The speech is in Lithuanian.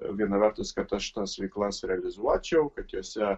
viena vertus kad aš tas veiklas realizuočiau kad jose